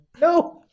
No